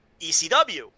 ECW